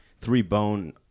three-bone